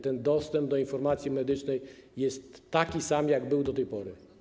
Ten dostęp do informacji medycznej jest taki sam jak był do tej pory.